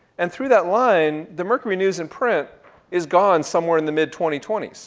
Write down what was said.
and through that line, the mercury news in print is gone somewhere in the mid twenty twenty s.